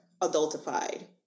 adultified